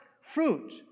fruit